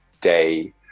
day